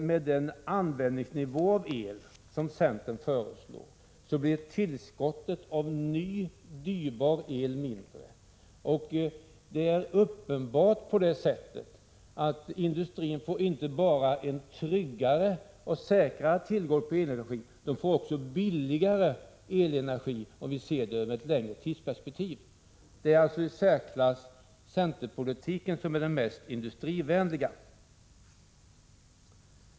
Med den användningsnivå som centern föreslår när det gäller el blir tillskottet av ny, dyrbar el mindre. Industrin får uppenbarligen inte bara tryggare och säkrare tillgång till elenergi utan också billigare elenergi, sett i ett längre tidsperspektiv. Det är alltså centerpolitiken som är den i särklass mest industrivänliga.